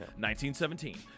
1917